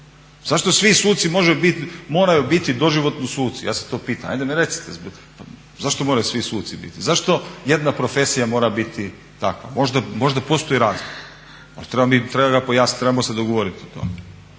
Zašto svi suci moraju biti doživotno suci ja se to pitam, ajde mi recite, zašto moraju svi suci biti, zašto jedna profesija mora biti takva, možda postoji razlog ali treba ga pojasniti,